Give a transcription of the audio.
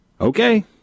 okay